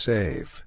Save